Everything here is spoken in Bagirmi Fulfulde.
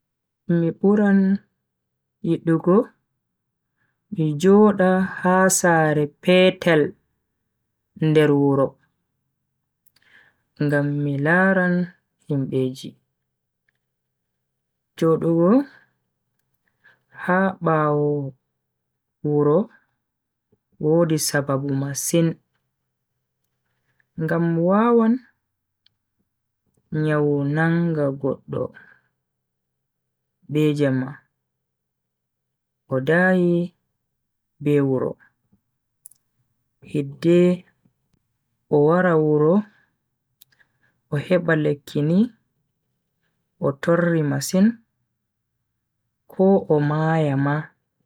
Mi buran yidugo mi joda ha sare petel nder wuro, ngam mi laran himbeji. jodugo ha bawo wuro wodi sababu masin ngam wawan nyawu nanga goddo be Jemma o dayi be wuro hidde o wara wuro o heba lekki ni o torri masin ko o Maya ma.